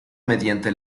mediante